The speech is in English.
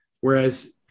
Whereas